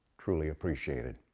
truly appreciate it.